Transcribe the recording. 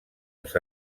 els